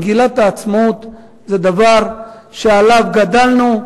מגילת העצמאות זה דבר שעליו גדלנו.